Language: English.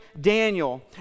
Daniel